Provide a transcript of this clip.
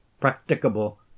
practicable